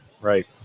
right